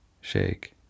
shake